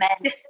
men